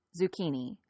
zucchini